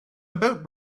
about